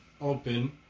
Open